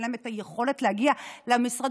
אין להן את היכולת להגיע למשרדים.